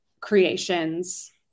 creations